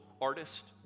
artist